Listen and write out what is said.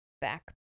back